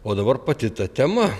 o dabar pati ta tema